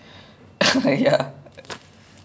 ya